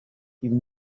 even